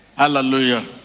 Hallelujah